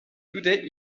today